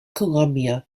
columbia